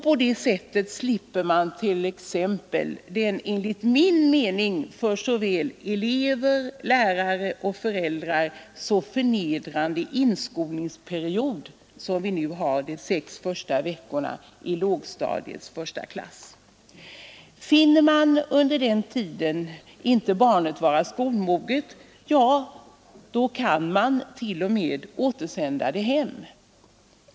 På det sättet slipper man t.ex. den enligt min mening för såväl elever som lärare och föräldrar så förnedrande inskolningsperiod som vi nu har de sex första veckorna ilågstadiets första klass. Finner man under denna tid inte barnet skolmoget, kan man t.o.m. återsända det hem.